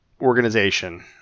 organization